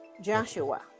Joshua